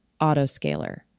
Autoscaler